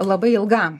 labai ilgam